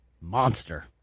Monster